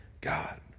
God